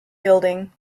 building